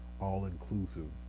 all-inclusive